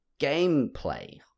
gameplay